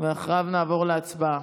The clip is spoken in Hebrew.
ואחריו נעבור להצבעה.